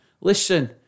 Listen